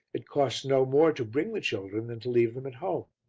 it costs no more to bring the children than to leave them at home.